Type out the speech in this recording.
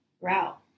route